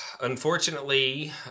unfortunately